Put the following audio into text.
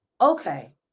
okay